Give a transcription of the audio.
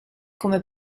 come